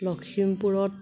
লখিমপুৰত